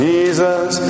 Jesus